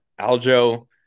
Aljo